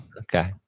okay